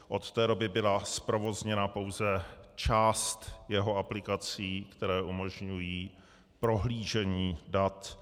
Od té doby byla zprovozněna pouze část jeho aplikací, které umožňují prohlížení dat.